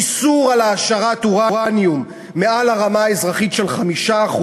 איסור על העשרת אורניום מעל הרמה האזרחית של 5%,